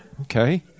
Okay